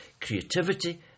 creativity